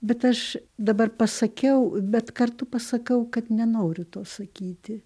bet aš dabar pasakiau bet kartu pasakau kad nenoriu to sakyti